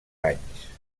anys